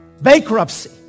Bankruptcy